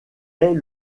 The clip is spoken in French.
est